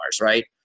right